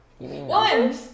One